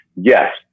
Yes